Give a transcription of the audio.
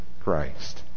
Christ